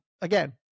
again